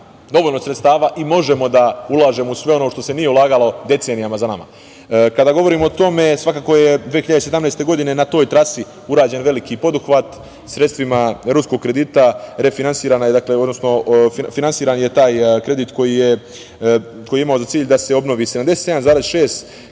dovoljno sredstava i možemo da ulažemo u sve ono u šta se nije ulagalo decenijama za nama. Kada govorimo o tome, svakako je 2017. godine na toj trasi urađen veliki poduhvat sredstvima ruskog kredita, finansiran je taj kredit koji je imao za cilj da se obnovi 77,6 kilometara